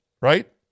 Right